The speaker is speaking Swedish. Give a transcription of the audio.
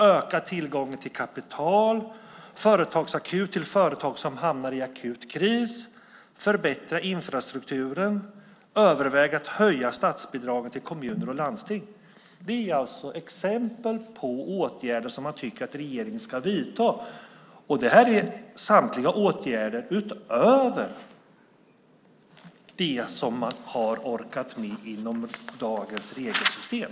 Öka tillgången till kapital! Inför en företagsakut till företag som hamnar i akut kris! Förbättra infrastrukturen! Överväg att höja statsbidragen till kommuner och landsting! Det är exempel på åtgärder som man tycker att regeringen ska vidta. Samtliga är åtgärder utöver det som man har orkat med inom dagens regelsystem.